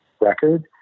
record